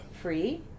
Free